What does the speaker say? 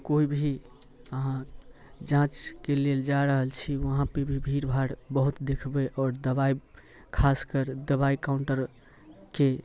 कोइ भी अहाँ जाँचके लेल जा रहल छी वहाँपर भी भीड़भाड़ बहुत देखबै आओ दबाइ खास कर दबाइ काउंटरके